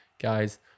guys